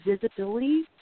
visibility